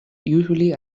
usually